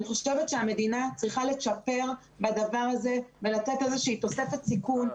אני חושבת שהמדינה צריכה לצ'פר בדבר הזה ולתת איזושהי תוספת סיכון,